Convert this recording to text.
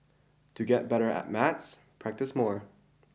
to get better at maths practise more